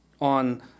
on